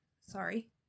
Sorry